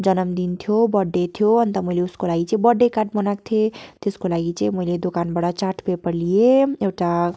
जनमदिन थियो बर्थडे थियो अन्त मैले उसको लागि चाहिँ बर्थडे कार्ड बनाएको थिएँ त्यसको लागि चाहिँ मैले दोकानबाट चार्ट पेपर लिए एउटा